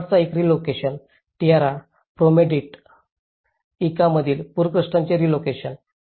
शेवटचा एक relocation Tierra Prometida इका मधील पूरग्रस्तांचे रिलोकेशन